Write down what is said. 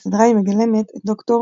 בסדרה היא מגלמת את ד"ר